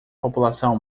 população